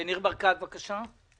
ניר ברקת, בבקשה.